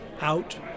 out